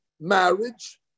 marriage